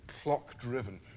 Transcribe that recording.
clock-driven